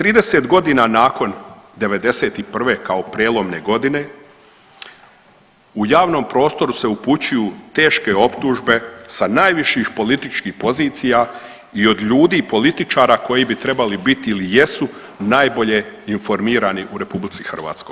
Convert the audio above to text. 30 godina nakon '91. kao prijelomne godine, u javnom prostoru se upućuju teške optužbe sa najviših političkih pozicija i od ljudi i političari koji bi trebali biti ili jesu najbolje informirani u RH.